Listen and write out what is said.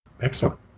Excellent